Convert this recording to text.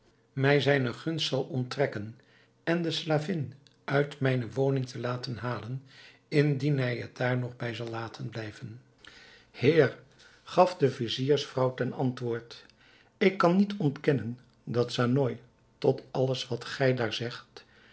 mij zijne gunst zal onttrekken en de slavin uit mijne woning laten halen indien hij het daar nog bij zal laten blijven heer gaf de viziersvrouw ten antwoord ik kan niet ontkennen dat saony tot alles wat gij daar zegt